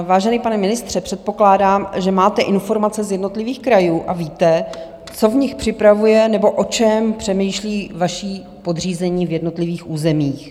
Vážený pane ministře, předpokládám, že máte informace z jednotlivých krajů a víte, co se v nich připravuje nebo o čem přemýšlí vaši podřízení v jednotlivých územích.